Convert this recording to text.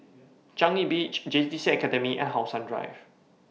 Changi Beach JTC Academy and How Sun Drive